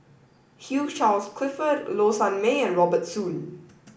Hugh Charles Clifford Low Sanmay and Robert Soon